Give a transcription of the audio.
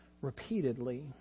repeatedly